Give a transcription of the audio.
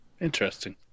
Interesting